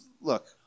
look